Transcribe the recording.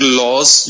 laws